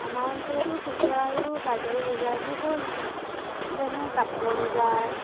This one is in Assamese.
আমাৰ অঞ্চলতো খুচুৰা আৰু পাইকাৰী বজাৰবোৰ হ'ল যেনে কাপোৰৰ বজাৰ